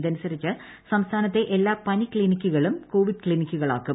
ഇതനുസരിച്ച് സംസ്ഥാനത്തെ എല്ലാ പനി ക്ലിനിക്കുകളും കോവിഡ് ക്ലിനിക്കുകളാകും